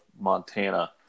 Montana